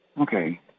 Okay